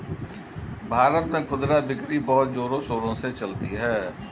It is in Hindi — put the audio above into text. भारत में खुदरा बिक्री बहुत जोरों शोरों से चलती है